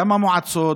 גם המועצות,